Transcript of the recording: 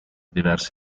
diversi